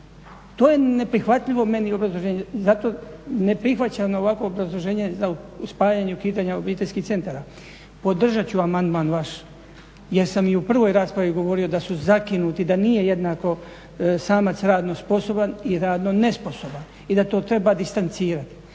To je neprihvatljivo meni obrazloženje i zato ne prihvaćam ovakvo obrazloženje u spajanju i ukidanju obiteljskih centara. Podržat ću amandman vaš jer sam i u prvoj raspravi govorio da su zakinuti da nije jednako samac radno sposoban i radno nesposoban i da to treba distancirati.